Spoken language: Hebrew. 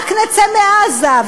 רק נצא מעזה,